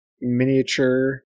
miniature